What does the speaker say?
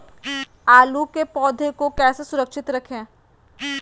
आलू के पौधा को कैसे सुरक्षित रखें?